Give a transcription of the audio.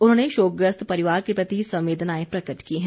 उन्होंने शोकग्रस्त परिवार के प्रति संवेदनाएं प्रकट की हैं